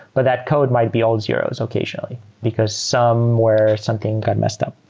but that code might be all zeros occasionally, because somewhere something got messed up.